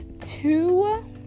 two